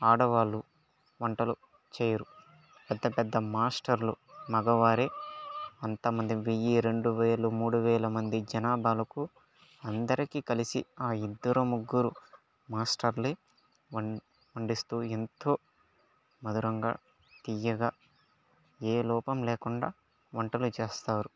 ఆడవాళ్లు వంటలు చేయరు పెద్దపెద్ద మాస్టర్లు మగవారే అంతమంది వెయ్యి రెండు వేలు మూడు వేల మంది జనాభాలకు అందరికీ కలిసి ఆ ఇద్దరు ముగ్గురు మాస్టర్లే వన్ వండిస్తూ ఎంతో మధురంగా తీయగా ఏ లోపం లేకుండా వంటలు చేస్తారు